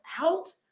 out